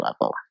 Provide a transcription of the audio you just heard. level